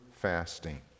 Fasting